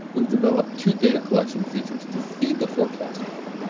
we've developed two data collection features to feed the forecast model.